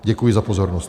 Děkuji za pozornost.